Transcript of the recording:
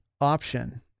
option